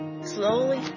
Slowly